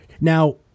Now